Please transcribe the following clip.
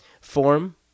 Form